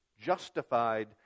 justified